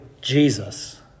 Jesus